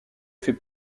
fait